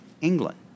England